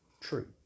true